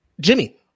Jimmy